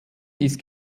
ist